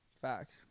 facts